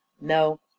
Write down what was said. no